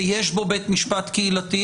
שיש בו בית משפט קהילתי,